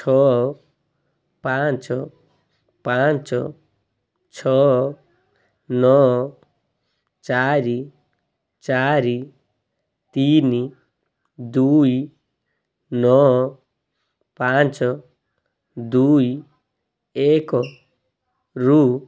ଛଅ ପାଞ୍ଚ ପାଞ୍ଚ ଛଅ ନଅ ଚାରି ଚାରି ତିନି ଦୁଇ ନଅ ପାଞ୍ଚ ଦୁଇ ଏକରୁ